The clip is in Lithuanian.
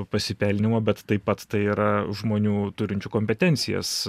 pasipelnymo bet taip pat tai yra žmonių turinčių kompetencijas